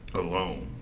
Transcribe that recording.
alone.